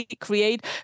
create